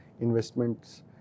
investments